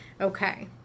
Okay